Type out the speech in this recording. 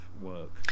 work